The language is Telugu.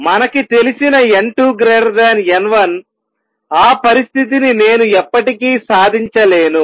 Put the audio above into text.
మనకి తెలిసిన n2 n1 ఆ పరిస్థితిని నేను ఎప్పటికీ సాధించలేను